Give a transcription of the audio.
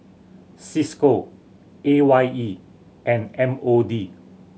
Cisco A Y E and M O D